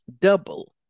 double